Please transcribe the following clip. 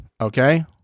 okay